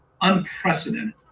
unprecedented